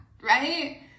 right